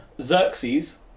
Xerxes